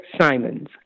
Simons